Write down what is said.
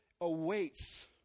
awaits